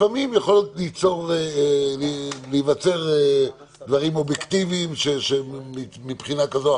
לפעמים יכולים להיווצר דברים אובייקטיביים שמבחינה כזאת או